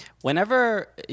whenever